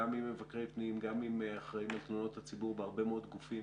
מבקרי פנים וגם עם אחראים על תלונות הציבור בהרבה מאוד גופים